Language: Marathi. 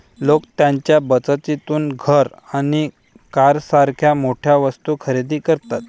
लोक त्यांच्या बचतीतून घर आणि कारसारख्या मोठ्या वस्तू खरेदी करतात